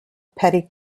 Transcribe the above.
petty